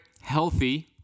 healthy